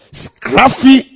scruffy